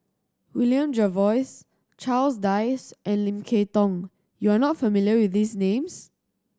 William Jervois Charles Dyce and Lim Kay Tong you are not familiar with these names